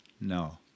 No